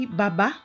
baba